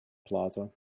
plaza